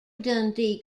dundee